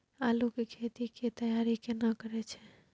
आलू के खेती के तैयारी केना करै छै?